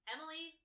Emily